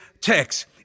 text